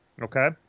Okay